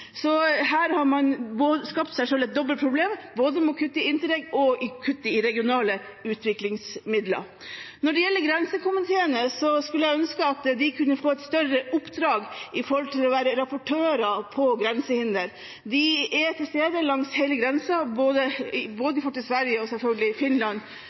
Her har man skapt et dobbelt problem, både ved å kutte i Interreg og ved å kutte i regionale utviklingsmidler. Når det gjelder grensekomiteene, skulle jeg ønske at de kunne få et større oppdrag med å være rapportører om grensehinder. De er til stede langs hele grensen, både mot Sverige og selvfølgelig mot Finland